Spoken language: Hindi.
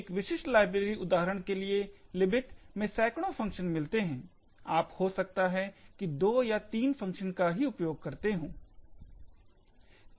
एक विशिष्ट लाइब्रेरी उदाहरण के लिए Libc में सैकड़ों फंक्शन मिलते हैं आप हो सकता है कि दो या तीन फंक्शन का ही उपयोग करते हो